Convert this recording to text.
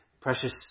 precious